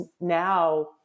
now